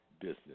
business